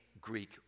Greek